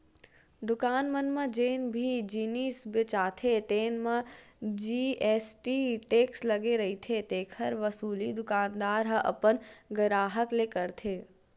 दुकान मन म जेन भी जिनिस बेचाथे तेन म जी.एस.टी टेक्स लगे रहिथे तेखर वसूली दुकानदार ह अपन गराहक ले करथे